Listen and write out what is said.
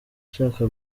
ushaka